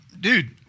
Dude